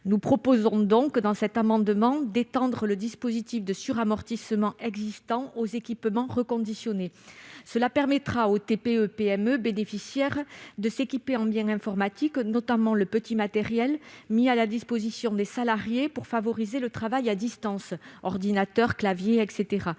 Notre amendement vise donc à étendre le dispositif de suramortissement existant aux équipements reconditionnés. Cette mesure permettra aux TPE-PME bénéficiaires de s'équiper en biens informatiques, notamment le petit matériel mis à la disposition des salariés pour favoriser le travail à distance- ordinateur, clavier, etc.